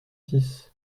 six